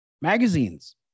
magazines